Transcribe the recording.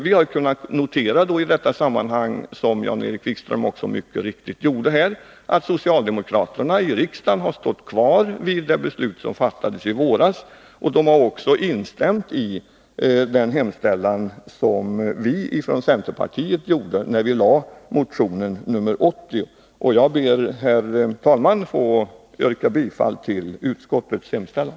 Vi har i detta sammanhang kunnat notera, som Jan-Erik Wikström också mycket riktigt gjorde, att socialdemokraterna i riksdagen har stått fast vid det beslut som fattades i våras, och de har också instämt i den hemställan som vi ifrån centerpartiet gjorde när vi väckte motionen nr 80. Jag ber, herr talman, att få yrka bifall till utskottets hemställan.